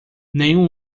nenhum